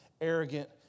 arrogant